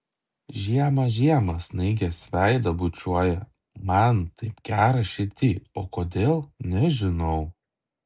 žiema žiema snaigės veidą bučiuoja man taip gera širdyj o kodėl nežinau